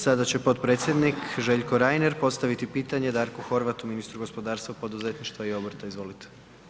Sada će potpredsjednik Željko Reiner postaviti pitanje Darku Horvatu, ministru gospodarstva, poduzetništva i obrta, izvolite.